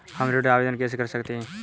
हम ऋण आवेदन कैसे कर सकते हैं?